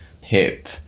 hip